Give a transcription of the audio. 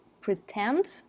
pretend